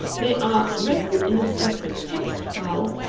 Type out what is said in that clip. they are written in a separate text file,